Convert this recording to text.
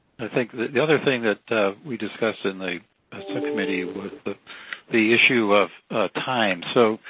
think that the other thing that we discuss in the subcommittee was the the issue of time. so,